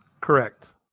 Correct